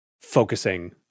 focusing